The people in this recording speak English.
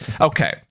Okay